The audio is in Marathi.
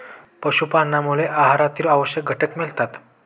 पशुपालनामुळे आहारातील आवश्यक घटक मिळतात